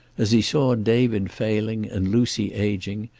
as he saw david failing and lucy ageing,